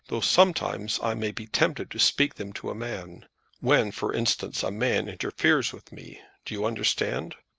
though sometimes i may be tempted to speak them to a man when, for instance, a man interferes with me do you understand?